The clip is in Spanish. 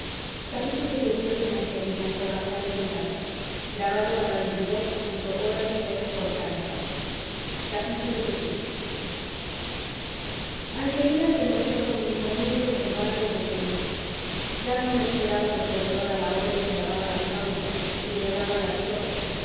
les roba por un instante los rayos del sol xviii angelina se mostró conmigo muy reservada y desdeñosa ya no me esperaba en el corredor a la hora en que lavaba las jaulas y regaba las flores